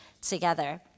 together